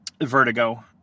Vertigo